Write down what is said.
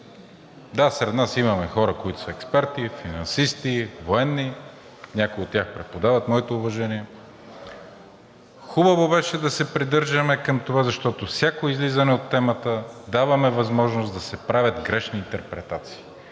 Да, сред нас имаме хора, които са експерти, финансисти, военни, някои от тях преподават – моите уважения. Хубаво беше да се придържаме към това, защото с всяко излизане от темата даваме възможност да се правят грешни интерпретации.